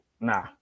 nah